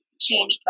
changed